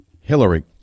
Hillary